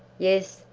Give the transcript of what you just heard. yes,